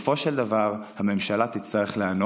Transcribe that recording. בסופו של דבר הממשלה תצטרך להיענות,